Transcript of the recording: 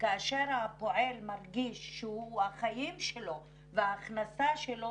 כאשר הפועל מרגיש שהחיים שלו וההכנסה שלו